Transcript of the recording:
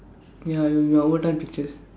ya my old time pictures